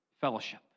fellowship